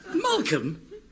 Malcolm